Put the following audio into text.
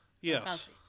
Yes